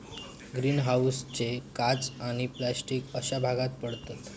green हाऊसचे काच आणि प्लास्टिक अश्ये भाग पडतत